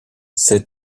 ses